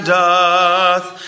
doth